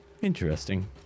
Interesting